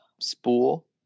spool